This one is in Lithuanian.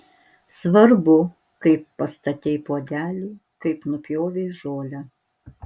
svarbu kaip pastatei puodelį kaip nupjovei žolę